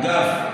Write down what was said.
אגב,